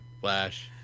Flash